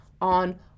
on